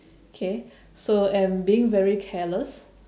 K so and being very careless